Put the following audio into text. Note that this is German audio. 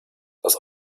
das